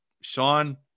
Sean